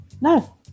No